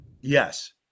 Yes